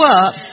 up